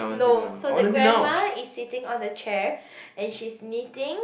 no so the grandma is sitting on the chair and she's knitting